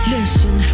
Listen